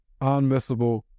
unmissable